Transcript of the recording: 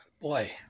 boy